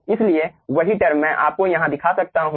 इसलिए वही टर्म मैं आपको यहाँ दिखा सकता हूँ